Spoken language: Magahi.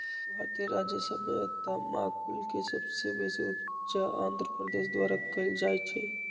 भारतीय राज्य सभ में तमाकुल के सबसे बेशी उपजा आंध्र प्रदेश द्वारा कएल जाइ छइ